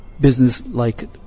business-like